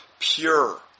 Pure